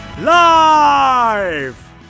Live